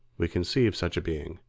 we conceive such a being.